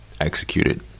executed